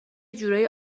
جورایی